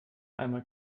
einmal